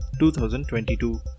2022